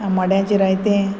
आंबाड्याचें रायतें